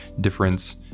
difference